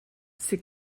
sydd